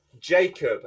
jacob